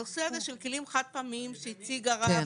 הנושא הזה של כלים חד פעמיים שהציג הרב,